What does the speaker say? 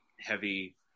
heavy